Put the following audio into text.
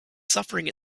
suffering